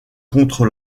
contre